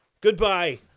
Goodbye